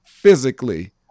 physically